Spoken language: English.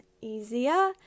easier